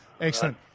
Excellent